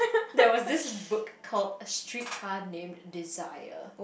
there was this book called a Street Car Named Desire